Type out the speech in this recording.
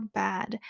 bad